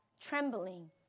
trembling